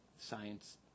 science